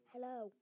Hello